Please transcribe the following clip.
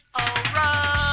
alright